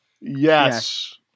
Yes